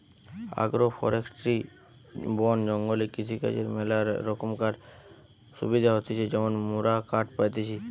agro forestry বন জঙ্গলে কৃষিকাজর ম্যালা রোকমকার সুবিধা হতিছে যেমন মোরা কাঠ পাইতেছি